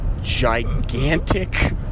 gigantic